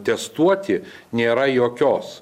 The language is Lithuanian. testuoti nėra jokios